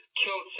kill